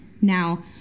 Now